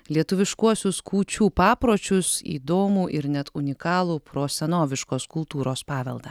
lietuviškuosius kūčių papročius įdomų ir net unikalų prosenoviškos kultūros paveldą